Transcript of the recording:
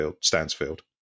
Stansfield